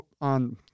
on